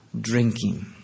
drinking